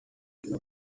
ibyo